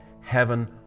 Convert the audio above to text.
heaven